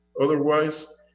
Otherwise